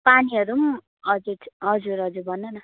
पानीहरू पनि हजुर हजुर भन्नु न